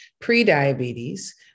pre-diabetes